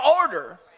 order